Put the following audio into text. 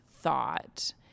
thought